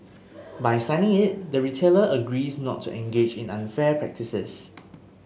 by signing it the retailer agrees not to engage in unfair practices